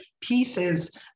pieces